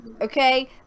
Okay